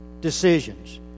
decisions